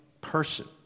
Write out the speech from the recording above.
person